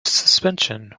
suspension